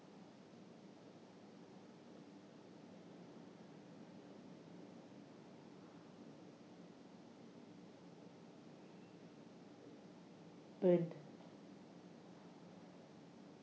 twen~